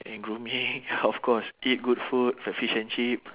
and grooming of course eat good food the fish and chip